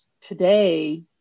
today